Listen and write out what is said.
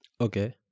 Okay